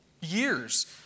years